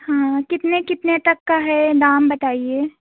हाँ कितने कितने तक का है दाम बताइए